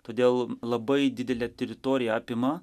todėl labai didelę teritoriją apima